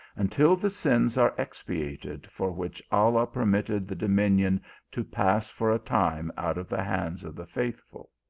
until the sins are expiated for which allah permitted the dominion to pass for a time out of the hands of the faithful.